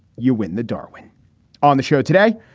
you win the darwin on the show today.